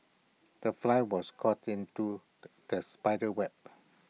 the fly was caught into the spider's web